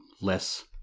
less